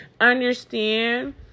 understand